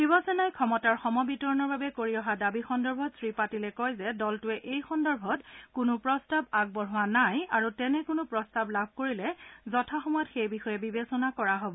শিৱসেনাই ক্ষমতাৰ সম বিতৰণৰ বাবে কৰি অহা দাবী সন্দৰ্ভত শ্ৰীপাটিলে কয় যে দলটোৱে এই সন্দৰ্ভত কোনো প্ৰস্তাৱ আগবঢ়োৱা নাই আৰু তেনে কোনো প্ৰস্তাৱ লাভ কৰিলে যথা সময়ত সেই বিষয়ে বিবেচনা কৰা হব